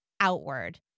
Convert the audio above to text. outward